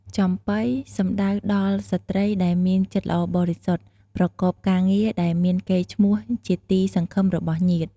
ចំប៉ី សំដៅដល់ស្រ្តីដែលមានចិត្តល្អបរិសុទ្ធ ប្រកបកាងារដែលមានកេរ្តិ៍ឈ្មោះជាទីសង្ឃឹមរបស់ញាតិ។